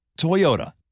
Toyota